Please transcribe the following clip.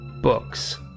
books